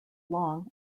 long